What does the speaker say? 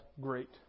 great